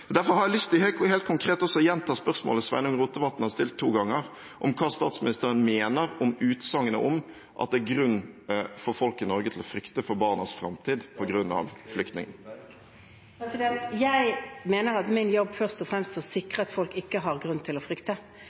Derfor har jeg lyst til helt konkret å gjenta spørsmålet Sveinung Rotevatn har stilt to ganger: Hva mener statsministeren om utsagnet om at folk i Norge har grunn til å frykte for barnas framtid på grunn av flyktningene? Jeg mener at min jobb først og fremst er å sikre at folk ikke har grunn til å frykte.